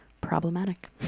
problematic